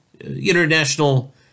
international